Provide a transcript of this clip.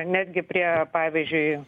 netgi prie pavyzdžiui